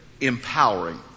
empowering